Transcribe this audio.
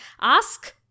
ask